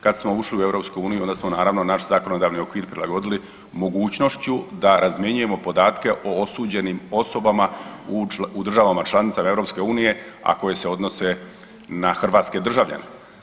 Kad smo ušli u EU onda smo naravno naš zakonodavni okvir prilagodili mogućnošću da razmjenjujemo podatke o osuđenim osobama u državama članicama EU a koje se odnose na hrvatske državljane.